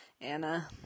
Anna